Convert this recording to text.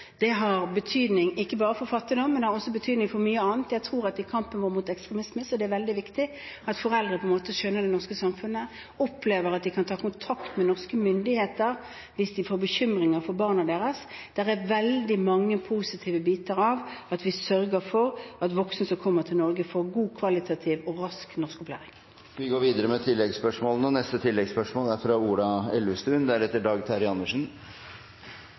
Det har betydning ikke bare for fattigdom, men også for mye annet. Jeg tror f.eks. at det i kampen mot ekstremisme er veldig viktig at foreldre skjønner det norske samfunnet og opplever at de kan ta kontakt med norske myndigheter hvis de blir bekymret for barna sine. Det er veldig mange positive konsekvenser av at vi sørger for at voksne som kommer til Norge, får kvalitativt god og rask norskopplæring. Det åpnes for oppfølgingsspørsmål – først Ola Elvestuen. Det går mot sommer, og